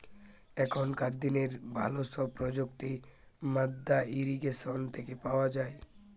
এখনকার দিনের ভালো সব প্রযুক্তি মাদ্দা ইরিগেশন থেকে পাওয়া যায়